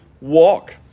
walk